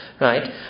right